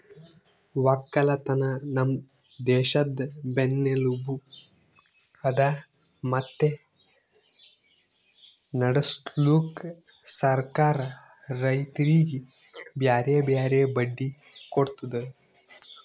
ಒಕ್ಕಲತನ ನಮ್ ದೇಶದ್ ಬೆನ್ನೆಲುಬು ಅದಾ ಮತ್ತೆ ನಡುಸ್ಲುಕ್ ಸರ್ಕಾರ ರೈತರಿಗಿ ಬ್ಯಾರೆ ಬ್ಯಾರೆ ಬಡ್ಡಿ ಕೊಡ್ತುದ್